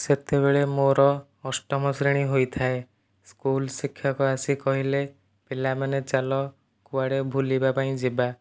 ସେତେବେଳେ ମୋର ଅଷ୍ଟମ ଶ୍ରେଣୀ ହୋଇଥାଏ ସ୍କୁଲ୍ ଶିକ୍ଷକ ଆସି କହିଲେ ପିଲାମାନେ ଚାଲ କୁଆଡ଼େ ବୁଲିବା ପାଇଁ ଯିବା